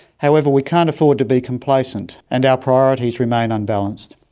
however, we can't afford to be complacent, and our priorities remain unbalanced.